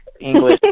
English